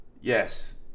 yes